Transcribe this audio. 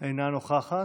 אינה נוכחת,